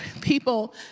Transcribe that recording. people